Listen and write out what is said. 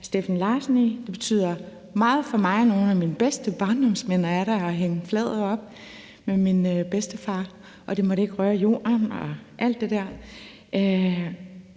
Steffen Larsen i. Det betyder meget for mig. Nogle af mine bedste barndomsminder er da at hænge flaget op med min bedstefar, og det måtte ikke røre jorden og alt det der.